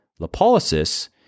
lipolysis